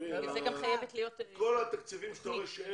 כל התקציבים שאתה רואה,